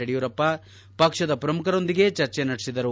ಯಡಿಯೂರಪ್ಪ ಪಕ್ಷದ ಪ್ರಮುಖರೊಂದಿಗೆ ಚರ್ಚೆ ನಡೆಸಿದರು